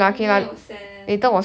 你没有 send